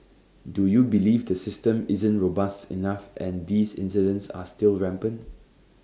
do you believe the system isn't robust enough and these incidents are still rampant